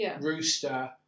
Rooster